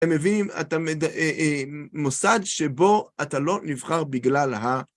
אתם מביאים את המוסד שבו אתה לא נבחר בגלל ה...